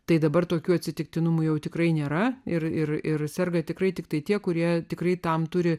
tai dabar tokių atsitiktinumų jau tikrai nėra ir ir ir serga tikrai tiktai tie kurie tikrai tam turi